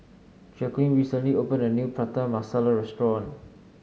Jaqueline recently opened a new Prata Masala restaurant